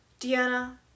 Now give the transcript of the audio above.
Deanna